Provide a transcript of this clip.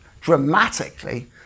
dramatically